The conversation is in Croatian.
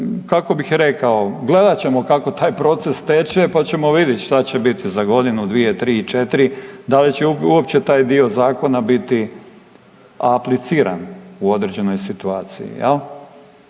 kako bih rekao gledat ćemo kako taj proces teče, pa ćemo vidit šta će biti za godinu, dvije, tri, četiri, da li će uopće taj dio zakona biti apliciran u određenoj situaciji,